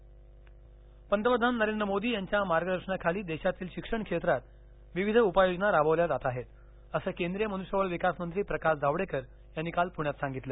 जावडेकर पंतप्रधान नरेंद्र मोदी यांच्या मार्गदर्शनाखाली देशातील शिक्षण क्षेत्रात विविध उपाययोजना राबवल्या जात आहेत असं केंद्रीय मनुष्यबळ विकास मंत्री प्रकाश जावडेकर यांनी काल प्रण्यात सांगितलं